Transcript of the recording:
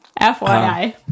FYI